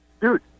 Dude